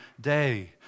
day